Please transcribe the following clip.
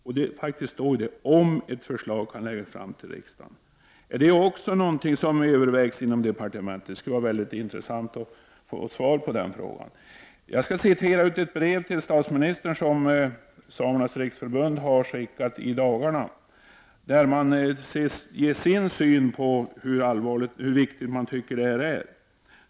Det står faktiskt om ett förslag kan läggas fram för riksdagen. Är det också någonting som övervägs inom departementet? Det skulle vara intressant att få ett svar på den frågan. Samernas riksförbund har i dagarna skickat ett brev till statsministern, där man ger sin syn på hur viktigt man tycker detta är.